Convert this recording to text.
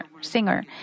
singer